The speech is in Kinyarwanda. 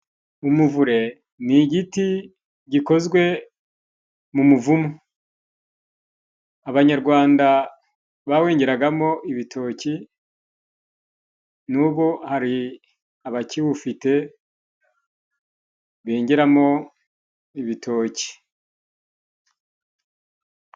Umuvure ni igiti gikozwe mu muvumu. Abanyarwanda bawengeraragamo ibitoki .Nubu hari abakiwufite bengeramo ibitoki.